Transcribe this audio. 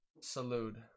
Salute